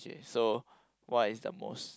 so what is the most